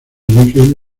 ubican